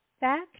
back